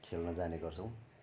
खेल्न जानै गर्छौँ